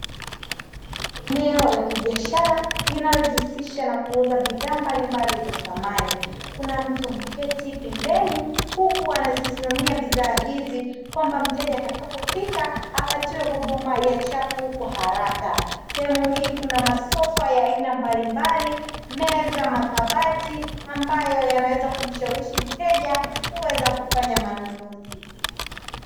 Eneo la kibiashara linalojihusisha na kuuza bidhaa mbalimbali za samani, kuna mtu ameketi pembeni huku anazisimamia bidhaa hizi kwamba mteja atakapofika apatiwe huduma ya chapu kwa haraka. Sehemu hii kuna masofa ya aina mbalimbali meza, makabati ambayo yanaweza kumshawishi mteja kuweza kufanya manunuzi.